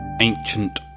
ancient